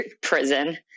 prison